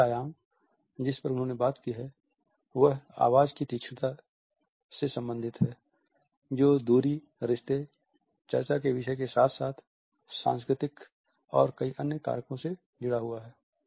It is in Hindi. आखिरी आयाम जिस पर उन्होंने बात की है वह आवाज़ की तीक्ष्णता से संबंधित है जो दूरी रिश्ते चर्चा के विषय के साथ साथ संस्कृति और कई अन्य कारकों से जुड़ा है